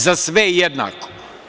Za sve jednako.